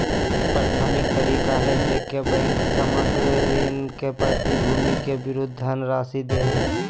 प्राथमिक तरीका हइ जेमे बैंक सामग्र ऋण के प्रतिभूति के विरुद्ध धनराशि दे हइ